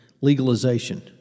legalization